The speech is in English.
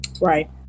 Right